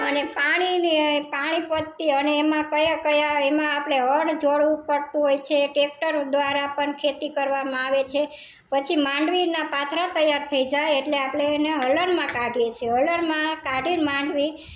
અને પાણીને પાણી પ્રત્યે અને એમાં કયા કયા એમાં આપડે હળ જોડવું પડતું હોય છે ટ્રેક્ટર દ્વારા પણ ખેતી કરવામાં આવે છે પછી માંડવીના પાત્ર તૈયાર થઈ જાય એટલે આપણે એને હલનમાં કાઢીએ છીએ હલનમાં કાઢીને માંડવી